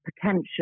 potential